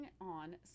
on